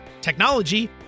technology